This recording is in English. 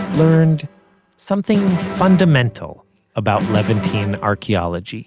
learned something fundamental about levantine archeology